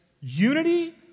unity